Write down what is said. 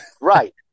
Right